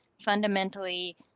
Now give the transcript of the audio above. fundamentally